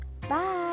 bye